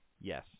Yes